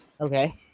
Okay